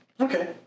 Okay